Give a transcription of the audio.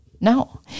No